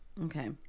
Okay